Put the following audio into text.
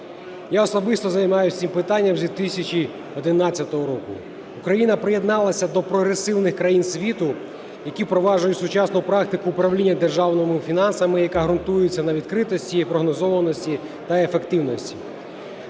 Я особисто займаюся цим питанням з 2011 року. Україна приєдналася до прогресивних країн світу, які впроваджують сучасну практику управління державними фінансами, яка ґрунтується на відкритості і прогнозованості та ефективності.